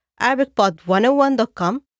ArabicPod101.com